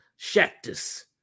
Shactus